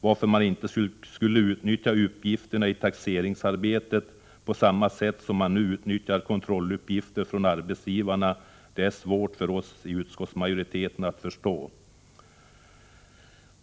Varför man inte skulle kunna utnyttja dessa uppgifter i taxeringsarbetet på samma sätt som man nu utnyttjar kontrolluppgifterna från arbetsgivarna är det svårt för oss i utskottsmajoriteten att förstå.